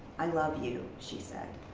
i love you, she said.